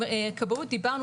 עם כבאות דיברנו.